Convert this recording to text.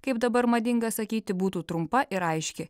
kaip dabar madinga sakyti būtų trumpa ir aiški